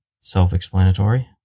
Self-explanatory